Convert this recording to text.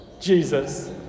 Jesus